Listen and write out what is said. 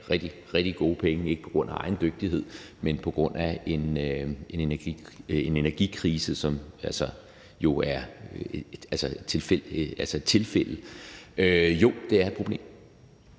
rigtig gode penge, ikke på grund af egen dygtighed, men på grund af en energikrise, som jo altså er et tilfælde, vil jeg sige,